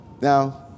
Now